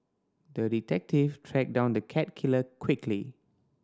the detective tracked down the cat killer quickly